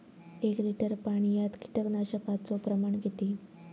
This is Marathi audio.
एक लिटर पाणयात कीटकनाशकाचो प्रमाण किती?